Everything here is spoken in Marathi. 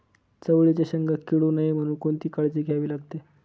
चवळीच्या शेंगा किडू नये म्हणून कोणती काळजी घ्यावी लागते?